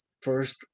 first